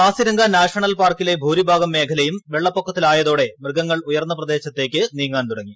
Kaziranga national പാർക്കിലെ ഭൂരിഭാഗം മേഖലയും വെള്ളപ്പൊക്കത്തിലായതോടെ മൃഗങ്ങൾ ഉയർന്ന പ്രദേശത്തേക്ക് നീങ്ങാൻ തുടങ്ങി